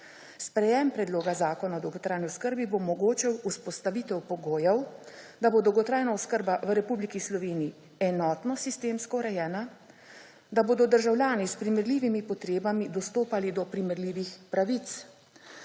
Sprejem Predloga Zakona o dolgotrajni oskrbi bo mogoče vzpostavitev pogojev, da bo dolgotrajna oskrba v Republiki Sloveniji enotno sistemsko urejena, da bodo državljani s primerljivimi potrebami dostopali do primerljivih pravic.